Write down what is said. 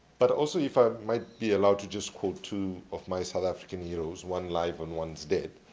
but also, if i might be allowed to just quote two of my south african heroes, one live, and one's dead,